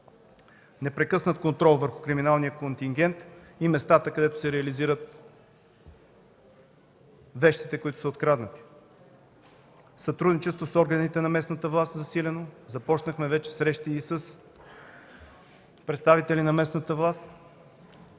Непрекъснат контрол върху криминалния контингент и местата, където се реализират вещите, които са откраднати. Засилено сътрудничество с органите на местната власт. Започнахме вече срещи и с представители на местната власт,